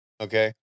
Okay